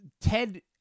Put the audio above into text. Ted